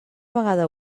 vegada